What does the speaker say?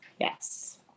Yes